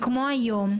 כמו היום,